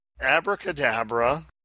Abracadabra